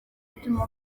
bituma